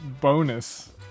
bonus